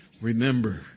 remember